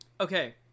okay